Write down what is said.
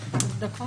תודה, הדיון נעול.